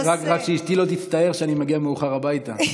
רק שאשתי לא תצטער שאני מגיע מאוחר הביתה.